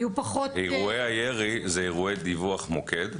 אירועי הירי אלה אירועי דיווח מוקד.